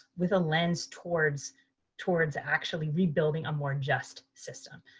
with a lens towards towards actually rebuilding a more just system.